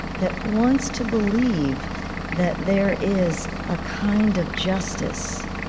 that wants to believe that there is a kind of justice